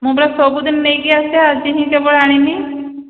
ମୁଁ ପରା ସବୁଦିନ ନେଇକି ଆସେ ଆଜି ହିଁ କେବଳ ଆଣିନି